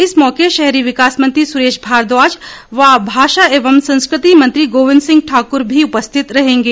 इस मौके शहरी विकास मंत्री सुरेश भारद्वाज व भाषा एवं संस्कृति मंत्री गोविंद सिंह ठाकुर भी उपस्थित रहेंगे